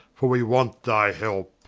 for we want thy helpe.